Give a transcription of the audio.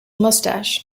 moustache